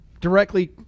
directly